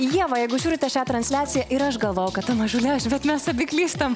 ieva jeigu žiūrite šią transliaciją ir aš galvojau kad ta mažulė aš bet mes abi klystam